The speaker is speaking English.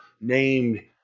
named